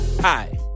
Hi